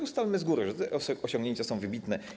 Ustalmy z góry, że te osiągnięcia są wybitne.